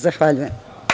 Zahvaljujem.